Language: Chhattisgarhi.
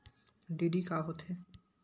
डी.डी का होथे?